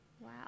Wow